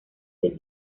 del